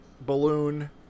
balloon